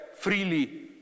freely